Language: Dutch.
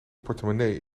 portemonnee